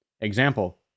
Example